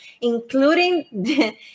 including